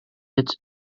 its